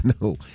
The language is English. No